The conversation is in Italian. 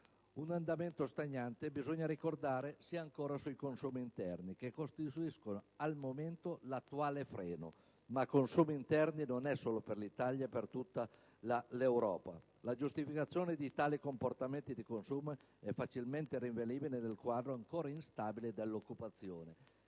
Un andamento stagnante - bisogna ricordare - si ha ancora sui consumi interni, che costituiscono al momento attuale l'elemento di freno; ma ciò accade non solo in Italia, ma in tutta l'Europa. La giustificazione di tali comportamenti di consumo è facilmente rinvenibile nel quadro ancora instabile dell'occupazione,